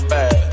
Bad